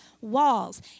walls